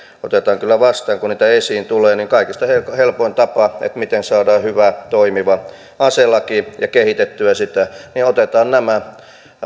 otetaan kyllä vastaan kun niitä esiin tulee kaikista helpoin tapa miten saadaan hyvä toimiva aselaki ja kehitettyä sitä on ottaa nämä